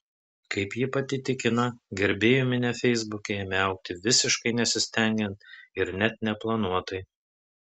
kaip ji pati tikina gerbėjų minia feisbuke ėmė augti visiškai nesistengiant ir net neplanuotai